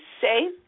say